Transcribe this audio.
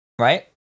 right